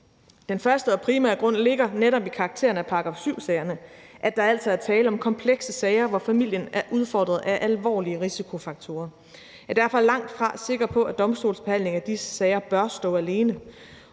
Den første og primære grund ligger netop i karakteren af § 7-sagerne, altså at der er tale om komplekse sager, hvor familien er udfordret af alvorlige risikofaktorer. Jeg er derfor langtfra sikker på, at domstolsbehandling af disse sager bør stå alene.